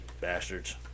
Bastards